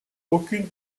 aucune